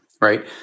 right